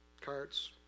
carts